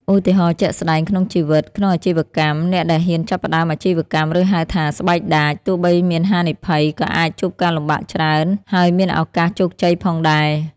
ឧទាហរណ៍ ជាក់ស្ដែងក្នុងជីវិត ក្នុងអាជីវកម្ម អ្នកដែលហ៊ានចាប់ផ្ដើមអាជីវកម្ម ឬហៅថា ស្បែកដាច ទោះបីមានហានិភ័យ ក៏អាចជួបការលំបាកច្រើន ហើយមានឱកាសជោគជ័យផងដែរ។